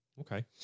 Okay